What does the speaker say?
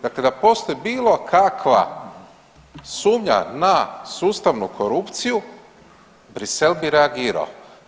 Dakle, da postoji bilo kakva sumnja na sustavnu korupciju Bruxelles bi reagirao.